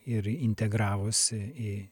ir integravosi į